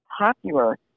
popular